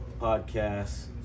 podcast